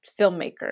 filmmaker